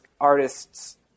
artists